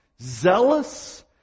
zealous